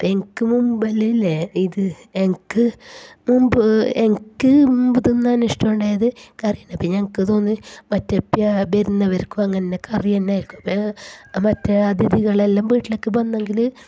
എനിക്ക് മുൻപെല്ലാം ഇല്ലേ ഇത് എനിക്ക് മുമ്പ് എനിക്ക് മുമ്പ് തിന്നാന് ഇഷ്ടം ഉണ്ടായത് കറി തന്നെ അപ്പോൾ ഞങ്ങൾക്ക് തോന്നി മറ്റപ്യ വരുന്നവര്ക്കും അങ്ങനെ തന്നെ കറി തന്നെ ആയിരിക്കും മറ്റേ അതിഥികള് എല്ലാം വീട്ടിലേക്കു വന്നെങ്കിൽ